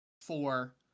four